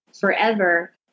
forever